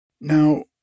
Now